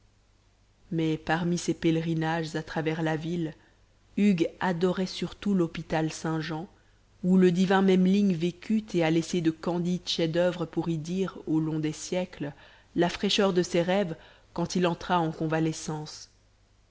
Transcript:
mais parmi ses pèlerinages à travers la ville hugues adorait surtout l'hôpital saint-jean où le divin memling vécut et a laissé de candides chefs-d'oeuvre pour y dire au long des siècles la fraîcheur de ses rêves quand il entra en convalescence